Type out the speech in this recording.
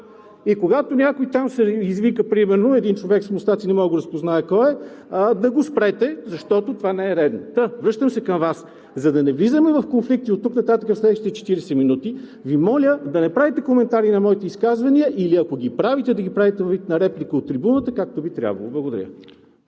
И когато някой там извика, примерно един човек с мустаци – не мога да го разпозная, да го спрете, защото това не е редно. Връщам се към Вас: за да не влизаме в конфликти оттук нататък в следващите 40 минути, Ви моля да не правите коментари на моите изказвания или, ако ги правите, да ги правите във вид на реплика от трибуната, както би трябвало. Благодаря.